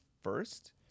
first